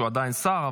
שהוא עדיין שר,